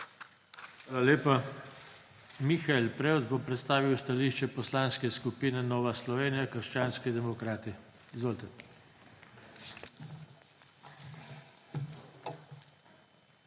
lepa. Mihael Prevc bo predstavil stališče Poslanske skupine Nova Slovenija – krščanski demokrati. Izvolite.